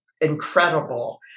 incredible